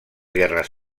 guerres